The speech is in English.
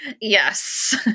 Yes